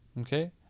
Okay